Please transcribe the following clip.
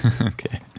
Okay